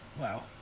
wow